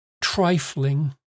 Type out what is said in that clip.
trifling